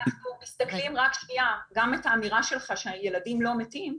אם אנחנו מסתכלים גם על האמירה שלך שהילדים לא מתים,